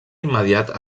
immediat